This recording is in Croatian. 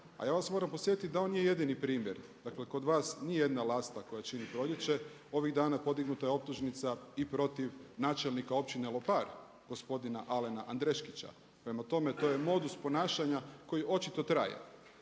A ja vas moram podsjetiti da on nije jedini primjer, dakle kod vas nije jedna lasta koja čini proljeće. Ovih dana podignuta je optužnica i protiv načelnika općine Lopar gospodina Alena Andreškića. Prema tome, to je modus ponašanja koji očito traje.